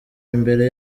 imbere